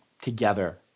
together